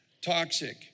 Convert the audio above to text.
toxic